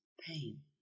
pain